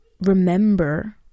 remember